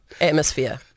atmosphere